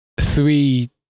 three